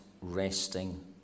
resting